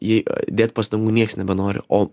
jei dėt pastangų nieks nebenori o